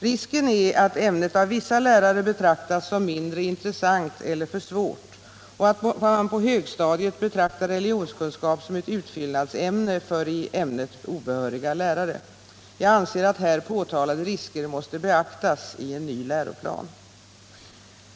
Risken är att ämnet av vissa lärare betraktas som mindre intressant eller för svårt, och att man på högstadiet betraktar religionskunskap som ett utfyllnadsämne för i ämnet obehöriga 13 lärare. Jag anser att här påtalade risker måste beaktas i en ny läroplan.